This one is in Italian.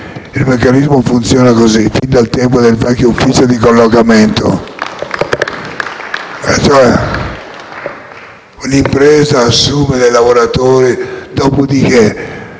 il meccanismo funziona in tal modo fin dai tempi del vecchio ufficio di collocamento.